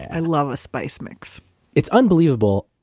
i love a spice mix it's unbelievable,